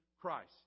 Christ